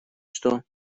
что